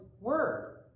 word